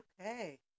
Okay